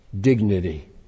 dignity